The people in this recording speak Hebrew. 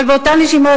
אבל באותה נשימה,